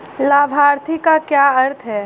लाभार्थी का क्या अर्थ है?